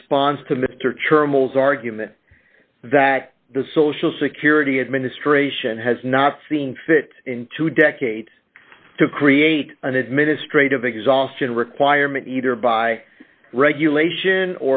response to mr charles argument that the social security administration has not seen fit into decade to create an administrative exhaustion requirement either by regulation